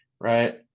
right